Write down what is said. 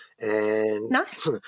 Nice